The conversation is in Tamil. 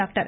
டாக்டர்